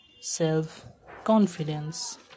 self-confidence